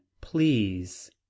Please